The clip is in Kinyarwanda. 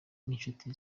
n’inshuti